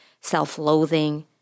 self-loathing